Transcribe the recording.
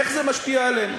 איך זה משפיע עלינו?